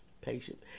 patient